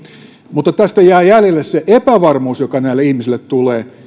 mutta tästä jää jäljelle se epävarmuus joka näille ihmisille tulee